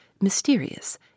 mysterious